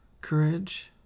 Courage